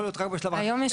היום יש את זה בשלב ההיתר גם.